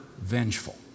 vengeful